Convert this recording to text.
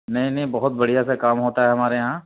نہیں نہیں بہت بڑھیا سا کام ہوتا ہے ہمارے یہاں